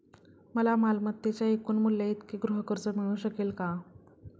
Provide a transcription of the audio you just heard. मला मालमत्तेच्या एकूण मूल्याइतके गृहकर्ज मिळू शकेल का?